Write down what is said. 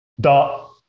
dot